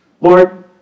Lord